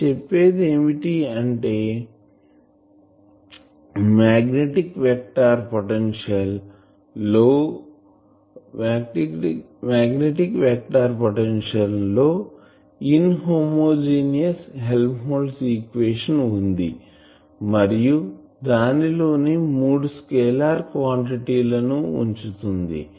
నేను చెప్పేది ఏమిటి అంటే మాగ్నెటిక్ వెక్టార్ పొటెన్షియల్ లో ఇన్ హోమోజీనియస్ హెల్మ్హోల్ట్జ్ ఈక్వేషన్ వుంది మరియు దాని లోనే మూడు స్కేలార్ క్వాంటిటీ లను ఉంచుతుంది